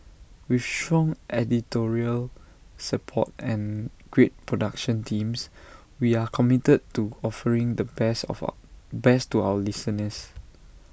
with strong editorial support and great production teams we are committed to offering the best of our best to our listeners